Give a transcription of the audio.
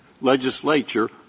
legislature